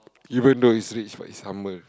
even though he's rich but he's humble